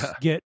get